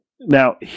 now